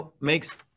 makes